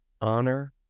honor